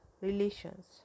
relations